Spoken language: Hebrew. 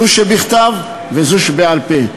זו שבכתב וזו שבעל-פה.